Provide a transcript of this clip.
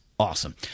Awesome